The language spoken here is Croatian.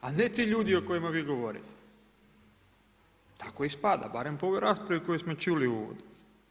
A ne ti ljudi o kojima vi govorite, tako ispada barem po ovoj raspravi koju smo čuli ovdje.